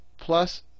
plus